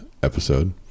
episode